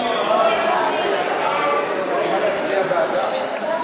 ההצעה להעביר את הצעת